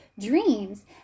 dreams